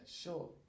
sure